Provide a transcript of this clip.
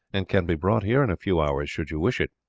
and can be brought here in a few hours should you wish it.